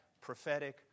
prophetic